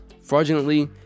fraudulently